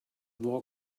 war